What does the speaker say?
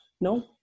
no